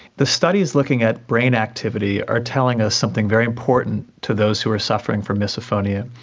the studies looking at brain activity are telling us something very important to those who are suffering from misophonia,